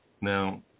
Now